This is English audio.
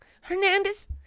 hernandez